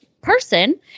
person